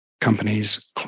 companies